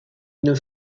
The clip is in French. une